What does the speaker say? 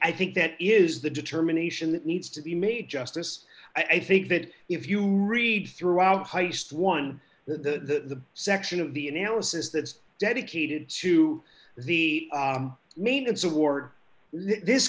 i think that is the determination that needs to be made justice i think that if you read throughout heist one that the section of the analysis that is dedicated to the maintenance award this